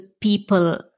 people